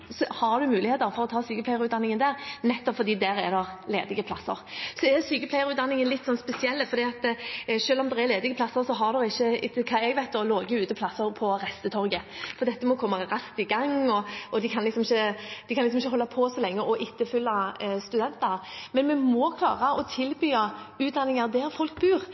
sykepleierutdanningen litt spesiell, for selv om det er ledige plasser, har det ikke, etter det jeg vet, ligget ute plasser på Restetorget, for dette må komme raskt i gang, og en kan ikke holde på så lenge med å etterfylle studenter. Men vi må klare å tilby utdanning der folk